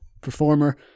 Performer